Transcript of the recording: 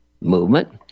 movement